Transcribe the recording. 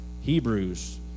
Hebrews